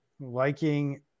liking